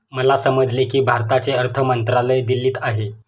मला समजले की भारताचे अर्थ मंत्रालय दिल्लीत आहे